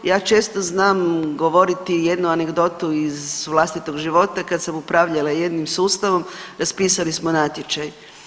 Ja često znam govoriti jednu anegdotu iz vlastitog života kad sam upravljala jednim sustavom raspisali smo natječaj.